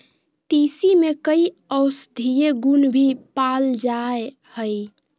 तीसी में कई औषधीय गुण भी पाल जाय हइ